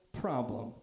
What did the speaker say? problem